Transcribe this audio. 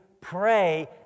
pray